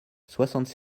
soixante